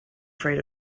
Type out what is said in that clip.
afraid